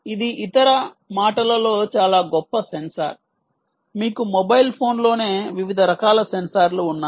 ఇది ఇతర మాటలలో చాలా గొప్ప సెన్సార్ మీకు మొబైల్ ఫోన్లోనే వివిధ రకాల సెన్సార్లు ఉన్నాయి